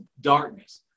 darkness